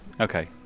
Okay